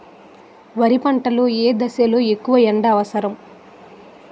వరి పంట లో ఏ దశ లొ ఎక్కువ ఎండా అవసరం?